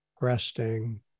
resting